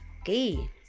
Okay